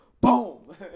boom